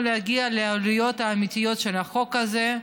להגיע לעלויות האמיתיות של החוק הזה,